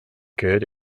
good